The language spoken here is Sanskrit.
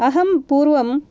अहं पूर्वं